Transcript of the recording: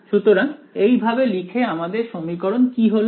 সুতরাং এই ভাবে লিখে আমাদের সমীকরণ কি হলো